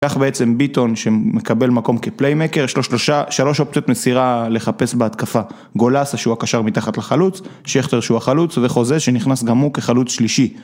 כך בעצם ביטון שמקבל מקום כפליימקר, יש לו שלוש אופציות מסירה לחפש בהתקפה גולאסה שהוא הקשר מתחת לחלוץ, שכטר שהוא החלוץ וחוזה שנכנס גם הוא כחלוץ שלישי